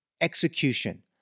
Execution